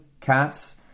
cats